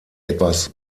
etwas